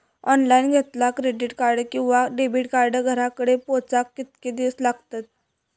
Online घेतला credit card किंवा debit card घराकडे पोचाक कितके दिस लागतत?